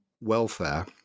welfare